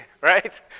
right